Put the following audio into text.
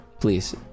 please